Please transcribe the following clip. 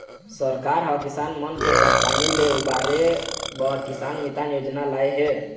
सरकार ह किसान मन के परसानी ले उबारे बर किसान मितान योजना लाए हे